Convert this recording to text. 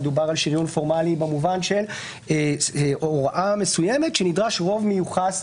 דובר על שריון פורמלי במובן של הוראה מסוימת שנדרש רוב מיוחד,